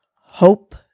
hope